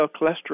cholesterol